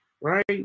Right